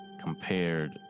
compared